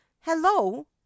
hello